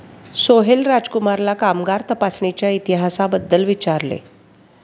सोहेल राजकुमारला कामगार तपासणीच्या इतिहासाबद्दल विचारले